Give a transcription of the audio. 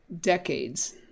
decades